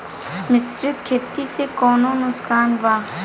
मिश्रित खेती से कौनो नुकसान वा?